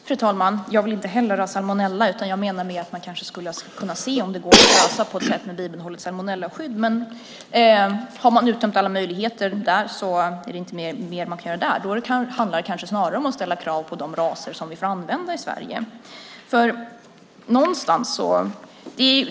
Fru talman! Jag vill inte heller ha salmonella, utan jag menar att man skulle kunna se om detta går att lösa med bibehållet salmonellaskydd. Har man uttömt alla möjligheter där är det inte mer man kan göra. Då handlar det kanske snarare om att ställa krav på de raser som vi får använda i Sverige.